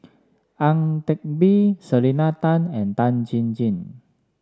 Ang Teck Bee Selena Tan and Tan Chin Chin